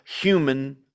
human